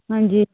ਹਾਂਜੀ